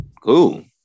cool